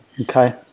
Okay